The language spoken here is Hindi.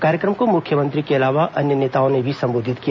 कार्यक्रम को मुख्यमंत्री के अलावा अन्य नेताओं ने भी संबोधित किया